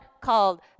called